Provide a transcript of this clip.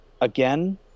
again